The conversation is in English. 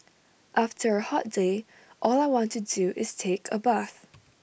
after A hot day all I want to do is take A bath